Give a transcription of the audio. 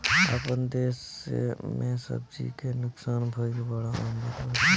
आपन देस में सब्जी के नुकसान भइल बड़ा आम बात बाटे